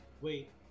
Wait